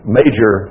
major